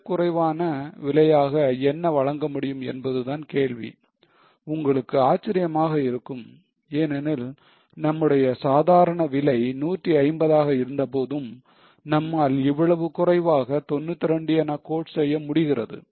மிகக் குறைவான விலையாக என்ன வழங்க முடியும் என்பதுதான் கேள்வி உங்களுக்கு ஆச்சரியமாக இருக்கும் ஏனெனில் நம்முடைய சாதாரண விலை 150 ஆக இருந்த போதும் நம்மால் இவ்வளவு குறைவாக 92 என quote செய்ய முடிகிறது